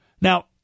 Now